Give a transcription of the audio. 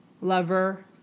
lover